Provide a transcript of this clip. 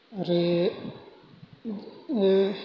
आरो